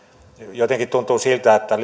jotenkin tuntuu siltä että